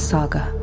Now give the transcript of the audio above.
Saga